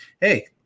hey